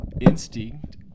Instinct